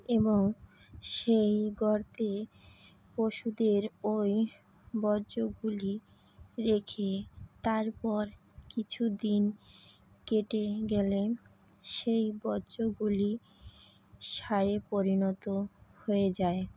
এবং সেই গর্তে পশুদের ওই বর্জ্যগুলি রেখে তারপর কিছু দিন কেটে গেলে সেই বর্জ্যগুলি সারে পরিণত হয়ে যায়